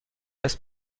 است